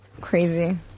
Crazy